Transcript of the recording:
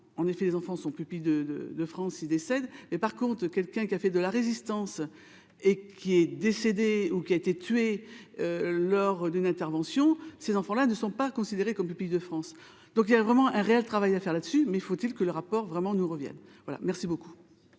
en effet, les enfants sont plus de de de France, il décède et par contre quelqu'un qui a fait de la résistance et qui est décédé ou qui a été tué lors d'une intervention ces enfants là ne sont pas considérés comme publics de France, donc il y a vraiment un réel travail à faire là-dessus, mais faut-il que le rapport vraiment nous reviennent voilà merci beaucoup.